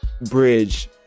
bridge